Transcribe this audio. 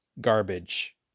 garbage